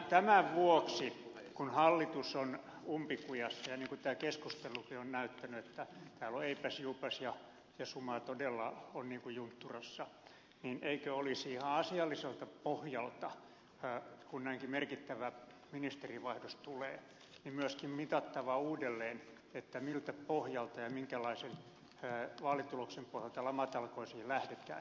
tämän vuoksi kun hallitus on umpikujassa ja niin kuin tämä keskustelukin on näyttänyt täällä on eipäsjuupas ja suma todella on juntturassa eikö olisi ihan asialliselta pohjalta kun näinkin merkittävä ministerinvaihdos tulee myöskin mitattava uudelleen miltä pohjalta ja minkälaisen vaalituloksen pohjalta lamatalkoisiin lähdetään